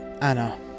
Anna